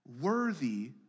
Worthy